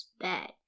bad